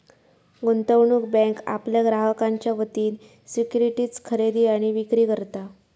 गुंतवणूक बँक आपल्या ग्राहकांच्या वतीन सिक्युरिटीज खरेदी आणि विक्री करता